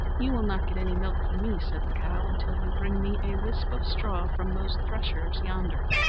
you will not get any milk from me, said the cow, until you bring me a whisp of straw from those threshers yonder.